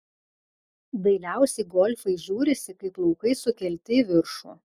dailiausiai golfai žiūrisi kai plaukai sukelti į viršų